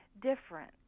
different